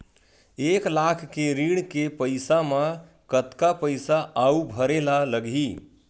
एक लाख के ऋण के पईसा म कतका पईसा आऊ भरे ला लगही?